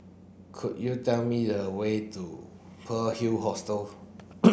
could you tell me the way to Pearl's Hill Hostel